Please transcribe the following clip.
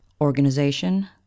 Organization